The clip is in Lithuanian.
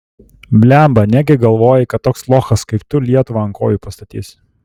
blemba negi galvoji kad toks lochas kaip tu lietuvą ant kojų pastatys